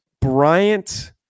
Bryant